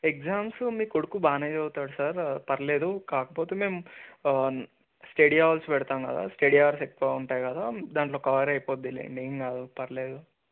exams మీ కొడుకు బాగానే చదువుతాడు సార్ పర్లేదు కాకపోతే మేము స్టడీ అవర్స్ పెడతాము కదా స్టడీ అవర్స్ ఎక్కువ ఉంటాయి కదా దాంట్లో కవర్ అయిపోతుంది లేండి ఏం కాదు పర్లేదు